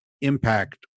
impact